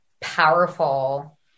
powerful